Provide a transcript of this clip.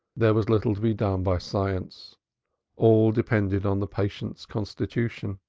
there was little to be done by science all depended on the patient's constitution.